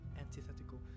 antithetical